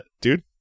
Dude